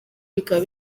bikaba